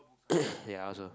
ya I also